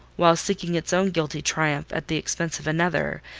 while seeking its own guilty triumph at the expense of another,